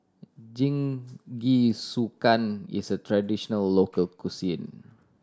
jingisukan is a traditional local cuisine